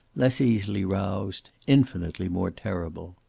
less easily roused, infinitely more terrible.